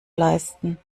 leisten